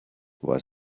was